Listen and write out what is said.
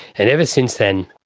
and ever since then,